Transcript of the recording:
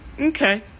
Okay